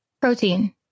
Protein